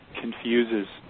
confuses